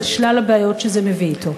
על שלל הבעיות שזה מביא אתו?